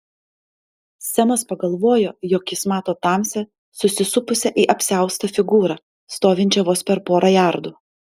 semas pagalvojo jog jis mato tamsią susisupusią į apsiaustą figūrą stovinčią vos per porą jardų